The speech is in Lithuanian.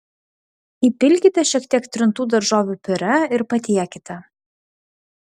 įpilkite šiek tiek trintų daržovių piurė ir patiekite